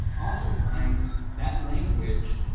oftentimes that language.